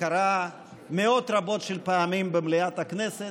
זה קרה מאות רבות של פעמים במליאת הכנסת.